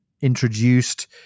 introduced